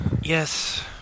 Yes